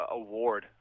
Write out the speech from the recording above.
award